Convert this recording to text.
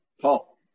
Paul